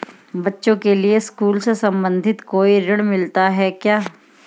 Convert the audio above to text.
बच्चों के लिए स्कूल से संबंधित कोई ऋण मिलता है क्या?